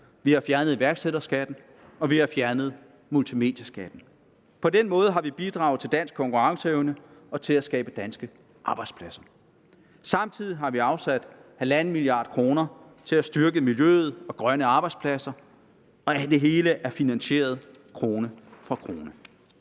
Vi har fjernet iværksætterskatten, og vi har fjernet multimedieskatten. På den måde har vi bidraget til dansk konkurrenceevne og til at skabe danske arbejdspladser. Samtidig har vi afsat 1½ mia. kr. til at styrke miljøet og grønne arbejdspladser, og det hele er finansieret krone for krone.